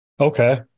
Okay